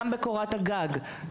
גם בקורת הגג.